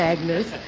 Agnes